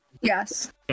Yes